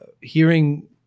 hearing